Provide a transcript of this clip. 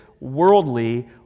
worldly